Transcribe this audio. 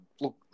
look